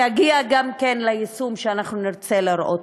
אני אגיע גם ליישום שאנחנו נרצה לראות,